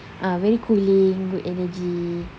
ah very cooling good energy